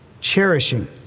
cherishing